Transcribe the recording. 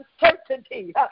uncertainty